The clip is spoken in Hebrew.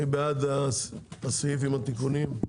מי בעד הסעיף עם התיקונים,